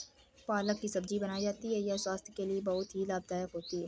पालक की सब्जी बनाई जाती है यह स्वास्थ्य के लिए बहुत ही लाभदायक होती है